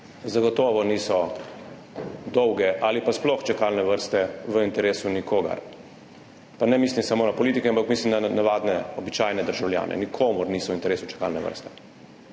Zagotovo dolge ali pa sploh čakalne vrste niso v interesu nikogar, pa ne mislim samo na politike, ampak mislim na navadne, običajne državljane, nikomur niso v interesu čakalne vrste.